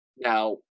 Now